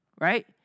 right